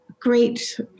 great